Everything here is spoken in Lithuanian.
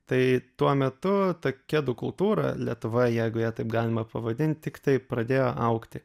tai tuo metu ta kedų kultūra lietuvoj jeigu ją taip galima pavadint tiktai pradėjo augti